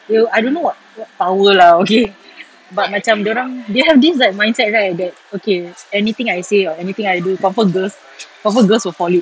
they'll I don't know what what power lah okay but macam dia orang they have like this mindset right that they okay anything I say or anything I do confirm girls confirm girls will fall for it